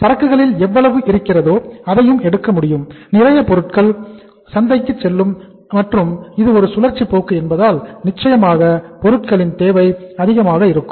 சரக்குகளில் எவ்வளவு இருக்கிறதோ அதையும் எடுக்க முடியும் நிறைய பொருட்கள் சந்தைக்குச் செல்லும் மற்றும் இது ஒரு சுழற்சி போக்கு என்பதால் நிச்சயமாக பொருட்களின் தேவை அதிகமாக இருக்கும்